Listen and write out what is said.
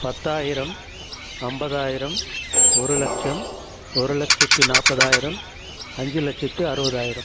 பத்தாயிரம் ஐம்பதாயிரம் ஒரு லட்சம் ஒரு லட்சத்தி நாற்பதாயிரம் அஞ்சு லட்சத்தி அறுபதாயிரம்